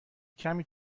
کمی